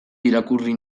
irakurri